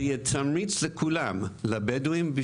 יתמרץ את כולם: לבדואים,